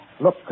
Look